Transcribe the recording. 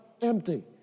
empty